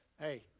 hey